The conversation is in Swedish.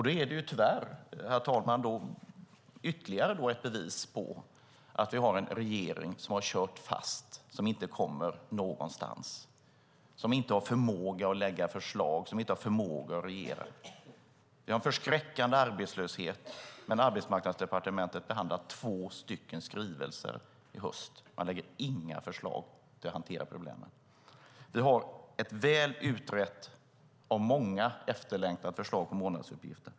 Då är det tyvärr, herr talman, ytterligare ett bevis på att vi har en regering som har kört fast, som inte kommer någonstans, som inte har förmåga att lägga fram förslag, som inte har förmåga att regera. Vi har en förskräckande arbetslöshet, men Arbetsmarknadsdepartementet behandlar två skrivelser i höst. Man lägger inte fram några förslag för att hantera problemen. Vi har ett väl utrett, av många efterlängtat, förslag om månadsuppgifter.